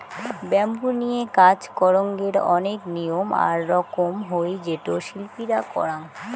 bamboo লিয়ে কাজ করঙ্গের অনেক নিয়ম আর রকম হই যেটো শিল্পীরা করাং